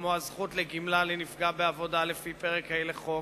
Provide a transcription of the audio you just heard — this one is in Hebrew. כגון הזכות לגמלה לנפגע בעבודה לפי פרק ה' לחוק,